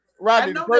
Rodney